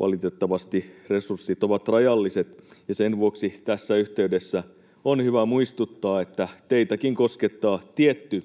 Valitettavasti resurssit ovat rajalliset, ja sen vuoksi tässä yhteydessä on hyvä muistuttaa, että teitäkin koskettaa tietty